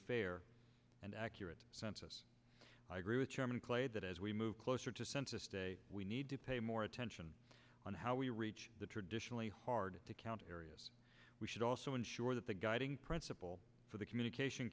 fair and accurate census i agree with chairman clay that as we move closer to census day we need to pay more attention on how we reach the traditionally hard to count areas we should also ensure that the guiding principle for the communication